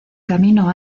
camino